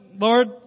Lord